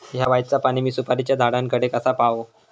हया बायचा पाणी मी सुपारीच्या झाडान कडे कसा पावाव?